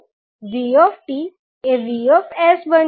તો vt એ Vs બનશે